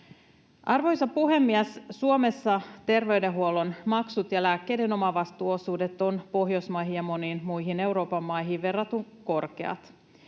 Arvoisa puhemies! Suomessa terveydenhuollon maksut ja lääkkeiden omavastuuosuudet ovat Pohjoismaihin ja moniin muihin Euroopan maihin verrattuna korkeat.